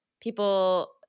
people